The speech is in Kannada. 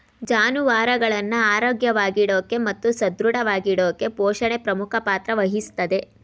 ಜಾನುವಾರುಗಳನ್ನ ಆರೋಗ್ಯವಾಗಿಡೋಕೆ ಮತ್ತು ಸದೃಢವಾಗಿಡೋಕೆಪೋಷಣೆ ಪ್ರಮುಖ ಪಾತ್ರ ವಹಿಸ್ತದೆ